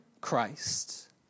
Christ